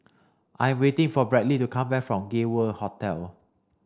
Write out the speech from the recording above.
I am waiting for Bradly to come back from Gay World Hotel